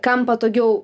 kam patogiau